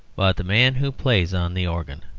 the man who plays on the organ.